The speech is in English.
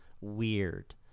Weird